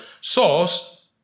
source